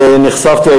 ונחשפתי.